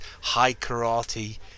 high-karate